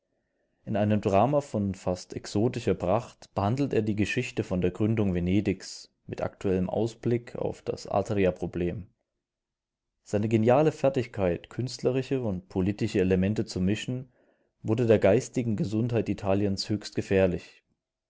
in einem drama von fast exotischer pracht behandelte er die geschichte von der gründung venedigs mit aktuellem ausblick auf das adria-problem seine geniale fertigkeit künstlerische und politische elemente zu mischen wurde der geistigen gesundheit italiens höchst gefährlich